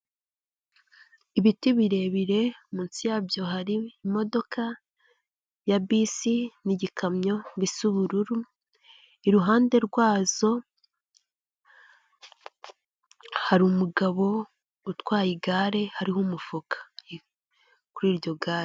Ibiti birebire, munsi yabyo hari imodoka ya bisi n'igikamyo bisa ubururu, iruhande rwazo hari umugabo utwaye igare hariho umufuka kuri iryo gare.